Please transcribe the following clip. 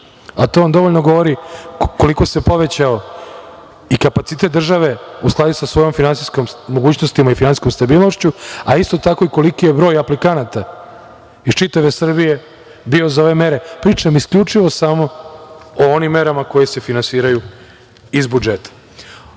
To vam dovoljno govori koliko se povećao i kapacitet države, u skladu sa svojim finansijskim mogućnostima i sa svojom finansijskom stabilnošću, a isto tako i koliki je broj aplikanata iz čitave Srbije bio za ove mere. Pričam, isključivo, samo o onim merama koje se finansiraju iz budžeta. Kada